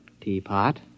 Teapot